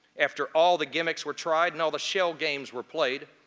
after all the gimmicks were tried and all the shell games were played,